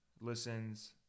listens